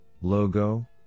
logo